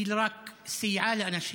היא רק סייעה לאנשים.